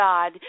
God